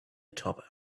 atop